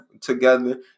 together